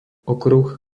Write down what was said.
okruh